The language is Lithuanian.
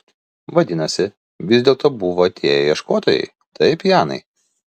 vadinasi vis dėlto buvo atėję ieškotojai taip janai